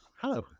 Hello